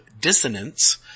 dissonance